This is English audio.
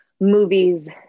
movies